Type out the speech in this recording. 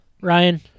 Ryan